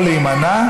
זה או להימנע,